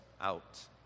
out